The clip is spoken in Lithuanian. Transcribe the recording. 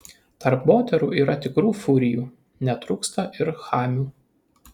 tarp moterų yra tikrų furijų netrūksta ir chamių